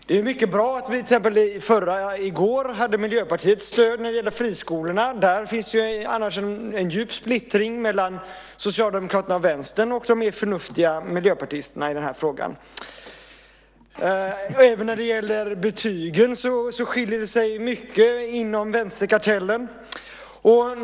Det är mycket bra att vi till exempel i går hade Miljöpartiets stöd när det gäller friskolorna. I den frågan finns ju annars en djup splittring mellan Socialdemokraterna och Vänstern och de mer förnuftiga miljöpartisterna. Även när det gäller betygen skiljer det sig mycket inom vänsterkartellen.